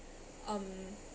um